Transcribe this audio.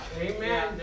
amen